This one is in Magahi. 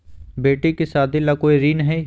बेटी के सादी ला कोई ऋण हई?